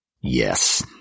Yes